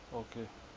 okay